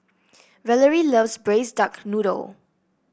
Valorie loves Braised Duck Noodle